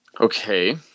Okay